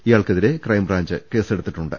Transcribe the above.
ഇയാൾക്കെതിരെ ക്രൈംബ്രാഞ്ച് കേസെടുത്തിട്ടു ണ്ട്